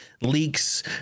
leaks